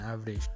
average